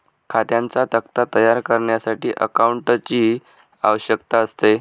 खात्यांचा तक्ता तयार करण्यासाठी अकाउंटंटची आवश्यकता असते